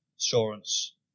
assurance